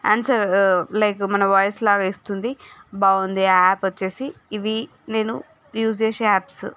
answer like మన voice లాగా ఇస్తుంది బాగుంది యాప్ వచ్చేసి ఇవి నేను యూజ్ చేసే యాప్స్